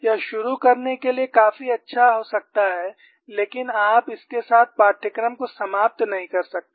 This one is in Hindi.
यह शुरू करने के लिए काफी अच्छा हो सकता है लेकिन आप इसके साथ पाठ्यक्रम को समाप्त नहीं कर सकते